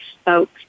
spoke